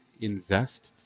invest